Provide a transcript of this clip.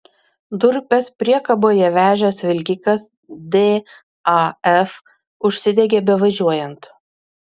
durpes priekaboje vežęs vilkikas daf užsidegė bevažiuojant